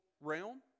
realm